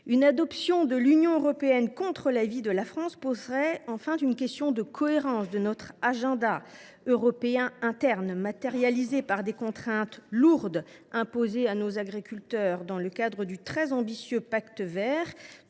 Une adoption de l’Union européenne contre l’avis de la France poserait enfin une question de cohérence de notre agenda européen interne, matérialisé par des contraintes lourdes imposées aux agriculteurs dans le cadre du très ambitieux Pacte vert